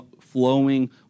flowing